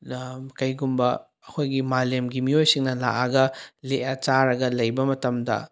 ꯀꯩꯒꯨꯝꯕ ꯑꯩꯈꯣꯏꯒꯤ ꯃꯥꯂꯦꯝꯒꯤ ꯃꯤꯑꯣꯏꯁꯤꯡꯅ ꯂꯥꯛꯑꯒ ꯂꯦꯛꯑ ꯆꯥꯔꯒ ꯂꯩꯕ ꯃꯇꯝꯗ